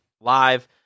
live